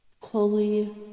Chloe